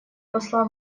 посла